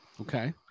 Okay